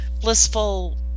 blissful